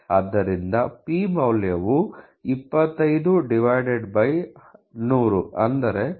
ಆದ್ದರಿಂದ ಇಲ್ಲಿ p ಮೌಲ್ಯವು 25 ಡಿವೈಡೆಡ್ ಬೈ 100 ಅಥವಾ 0